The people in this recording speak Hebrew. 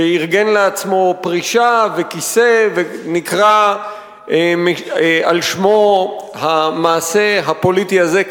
שארגן לעצמו פרישה וכיסא ונקרא על שמו המעשה הפוליטי הזה,